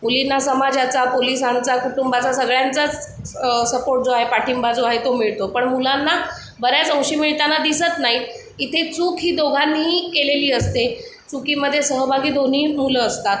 मुलींना समाजाचा पोलिसांचा कुटुंबाचा सगळ्यांचाच सपोर्ट जो आहे पाठिंबा जो आहे तो मिळतो पण मुलांना बऱ्याच अंशी मिळताना दिसत नाही इथे चूक ही दोघांनीही केलेली असते चुकीमध्ये सहभागी दोन्ही मुलं असतात